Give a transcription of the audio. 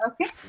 okay